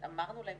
אמרנו להם,